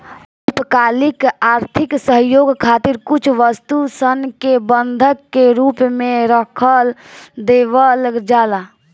अल्पकालिक आर्थिक सहयोग खातिर कुछ वस्तु सन के बंधक के रूप में रख देवल जाला